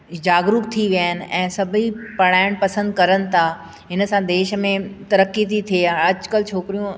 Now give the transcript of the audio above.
जागरुक थी विया आहिनि ऐं सभु ई पढ़ाइणु पसंदि करनि था इन सां देश में तरक़ी थी थिए अॼु कल्ह छोकिरियूं